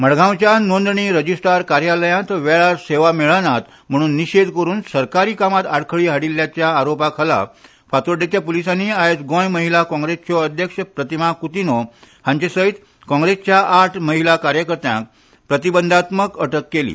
मडगांवच्या नोंदणी रजिस्टार कार्यालयांत वेळार सेवा मेळनात म्हणून निशेध करून सरकारी कामांत आडखळी हाडिल्ल्याच्या आरोपा खाला फातोड्डेंच्या पुलिसांनी आयज गोंय महिला काँग्रेसच्यो अध्यक्ष प्रतिमा कुतिन्य हांचे सयत काँग्रेीच्या आठ कार्यकर्त्यांक प्रतिबंधात्मक अटक केली